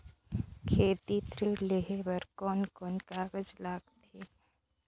खेती ऋण लेहे बार कोन कोन कागज लगथे?